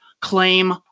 claim